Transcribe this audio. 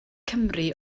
cymru